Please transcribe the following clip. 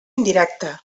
indirecta